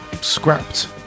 scrapped